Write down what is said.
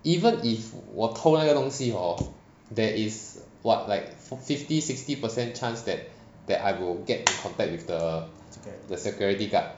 even if 我偷了那个东西 hor there is what like for~ fifty sixty percent chance that that I will get in contact with the the security guard